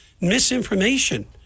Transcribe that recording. misinformation